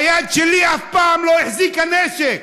היד שלי אף פעם לא החזיקה נשק,